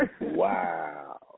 Wow